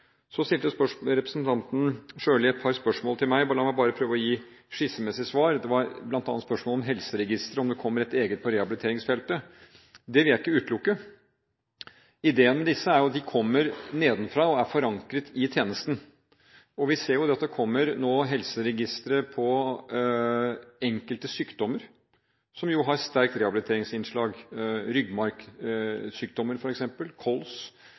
Så stilte representanten Sjøli et par spørsmål til meg. La meg prøve å gi skissemessige svar: Det var bl.a. spørsmål om helseregistre og om det kommer et eget på rehabiliteringsfeltet. Det vil jeg ikke utelukke. Ideen med disse er jo at de kommer nedenfra og er forankret i tjenesten. Vi ser nå at det kommer helseregistre på enkelte sykdommer som har sterkt rehabiliteringsinnslag – ryggmargssykdommer, f.eks., og KOLS.